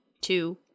two